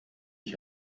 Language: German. ich